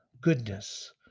goodness